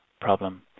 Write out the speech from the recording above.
problem